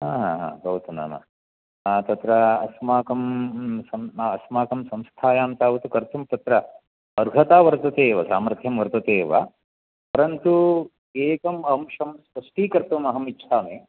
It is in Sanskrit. हा हा हा भवतु नाम हा तत्र अस्माकं सम् अस्माकं संस्थायां तावत् कर्तुं तत्र अर्हता वर्तते एव सामर्थ्यं वर्तते एव परन्तु एकम् अंशं स्पष्टीकर्तुम् अहमिच्छामि